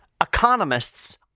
economists